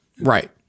Right